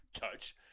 coach